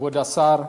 כבוד השר,